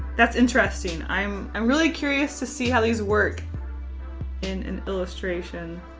that's interesting. i'm i'm really curious to see how these work in an illustration.